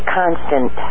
constant